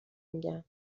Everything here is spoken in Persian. میگم